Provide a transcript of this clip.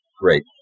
Great